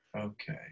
Okay